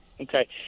okay